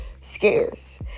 scarce